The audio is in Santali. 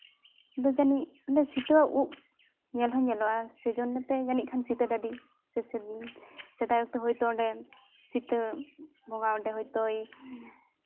ᱡᱟᱹᱱᱤᱡ ᱥᱤᱛᱟᱹ ᱟᱜ ᱩᱵ ᱧᱮᱞ ᱦᱚᱸ ᱧᱮᱞᱚᱜᱼᱟ ᱥᱮᱭ ᱡᱚᱱᱱᱮ ᱛᱮ ᱡᱟᱹᱱᱤᱡ ᱥᱤᱛᱟᱹ ᱰᱟᱹᱰᱤ ᱥᱮᱫᱟᱭ ᱚᱠᱛᱚ ᱚᱸᱰᱮ ᱵᱚᱸᱜᱟ ᱚᱸᱰᱮ ᱦᱚᱭᱛᱳᱭ